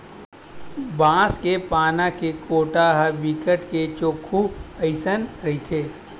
बांस के पाना के कोटा ह बिकट के चोक्खू अइसने रहिथे